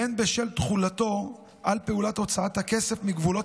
והן בשל תחולתו על פעולת הוצאת הכסף מגבולות